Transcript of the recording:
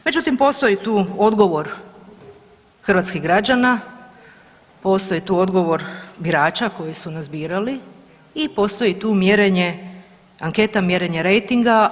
Međutim postoji tu odgovor hrvatskih građana, postoji tu odgovor birača koji su nas birali i postoji tu mjerenje, anketa mjerenja rejtinga.